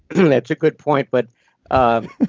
that's a good point, but um